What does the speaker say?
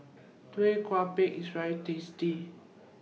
Tau Kwa Pau IS very tasty